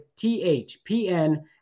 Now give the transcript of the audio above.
THPN